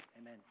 Amen